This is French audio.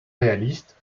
réaliste